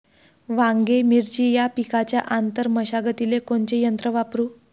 वांगे, मिरची या पिकाच्या आंतर मशागतीले कोनचे यंत्र वापरू?